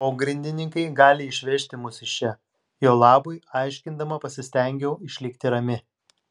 pogrindininkai gali išvežti mus iš čia jo labui aiškindama pasistengiau išlikti rami